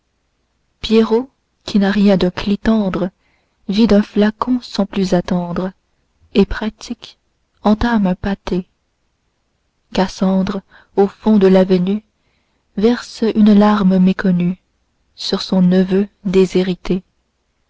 pierrot qui n'a rien d'un clitandre vide un flacon sans plus attendre et pratique entame un pâté cassandre au fond de l'avenue verse une larme méconnue sur son neveu déshérité